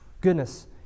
Goodness